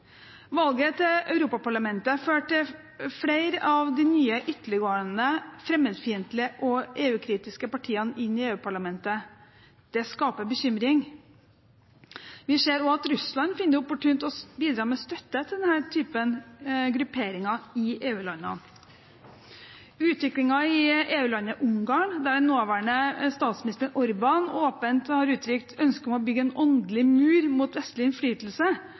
Valget til Europaparlamentet førte flere av de nye ytterliggående, fremmedfiendtlige og EU-kritiske partiene inn i EU-parlamentet. Det skaper bekymring. Vi ser også at Russland finner det opportunt å bidra med støtte til denne type grupperinger i EU-landene. Utviklingen i EU-landet Ungarn, der nåværende statsminister Orbán åpent har uttrykt ønske om å bygge en åndelig mur mot vestlig innflytelse,